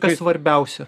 ka svarbiausia